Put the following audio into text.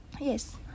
Yes